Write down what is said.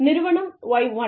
நிறுவனம் Y1